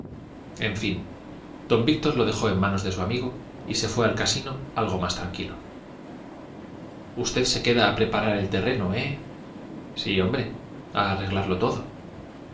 en fin don víctor lo dejó en manos de su amigo y se fue al casino algo más tranquilo usted se queda a preparar el terreno eh sí hombre a arreglarlo todo